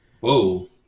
whoa